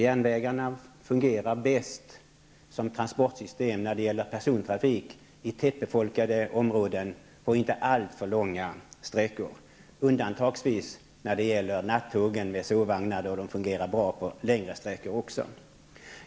Järnvägen fungerar bäst som transportsystem när det gäller persontrafik i tätbefolkade områden och på inte alltför långa sträckor. Den fungerar även undantagsvis när det gäller nattågen med sovvagnar. Då fungerar den bra på längre sträckor också.